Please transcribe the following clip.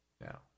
now